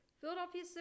Philadelphia